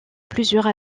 plusieurs